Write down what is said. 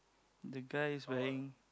the guy is wearing